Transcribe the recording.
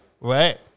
Right